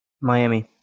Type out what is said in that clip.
Miami